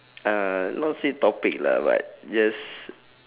uh not say topic lah but just